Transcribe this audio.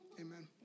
amen